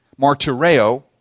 Martireo